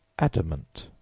adamant,